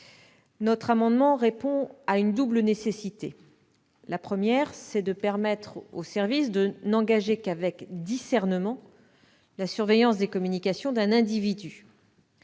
Cet amendement répond à une double nécessité. Tout d'abord, il convient de permettre aux services de n'engager qu'avec discernement la surveillance des communications d'un individu.